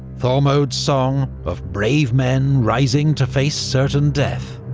thormod's song, of brave men rising to face certain death,